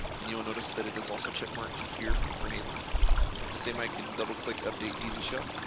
and you will notice that it is also check marked here for enable and the same i can double-click update easy shell